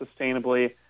sustainably